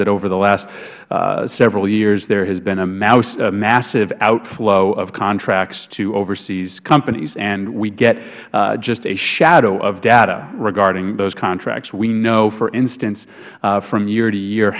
that over the last several years there has been a massive outflow of contracts to overseas companies and we get just a shadow of data regarding those contracts we know for instance from year to year